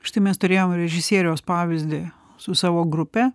štai mes turėjom režisieriaus pavyzdį su savo grupe